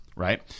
Right